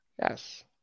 Yes